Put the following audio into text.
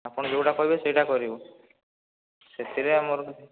ଆପଣ ଯେଉଁଟା କହିବେ ସେହିଟା କରିବୁ ସେଥିରେ ଆମର